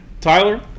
Tyler